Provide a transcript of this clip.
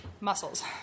Muscles